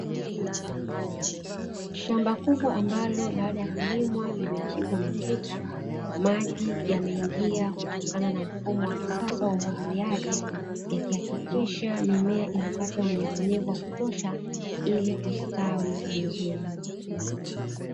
Shamba kubwa ambalo baada ya kulimwa limepigwa matuta, maji yameingia kutokana na mfumo wa kisasa wa umwagiliaji yakihakikisha mimea inapata unyevunyevu wa kutosha ili kustawi vizuri.